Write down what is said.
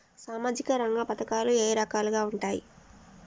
సామాజిక రంగ పథకాలు ఎన్ని రకాలుగా ఉంటాయి?